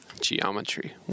Geometry